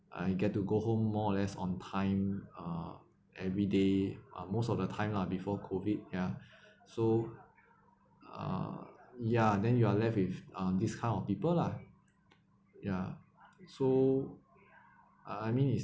I get to go home more or less on time uh every day uh most of the time lah before COVID ya so uh ya then you are left with uh this kind of people lah ya so I I mean it's